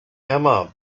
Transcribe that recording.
emma